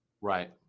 Right